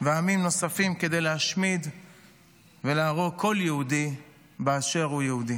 ועמים נוספים כדי להשמיד ולהרוג כל יהודי באשר הוא יהודי.